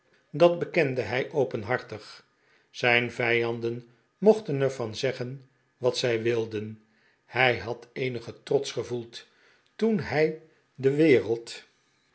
dat bekende hij openhartig zijn vijanden mochten er van zeggen wat zij wilden hij had eenigen trots gevoeld toen hij de wereld